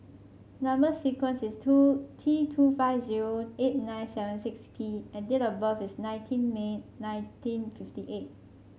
number sequence is two T two five zero eight nine seven six P and date of birth is nineteen May nineteen fifty eight